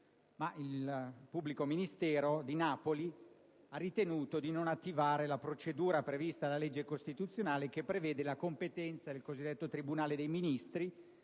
il pubblico ministero di Napoli ha ritenuto di non attivare la procedura prevista dalla legge costituzionale che prevede la competenza del cosiddetto tribunale dei ministri